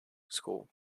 school